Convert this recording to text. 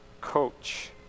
coach